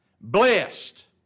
Blessed